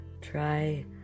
Try